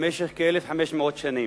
במשך כ-1,500 שנים,